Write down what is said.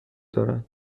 دارن